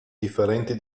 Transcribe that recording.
differenti